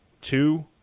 two